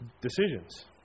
decisions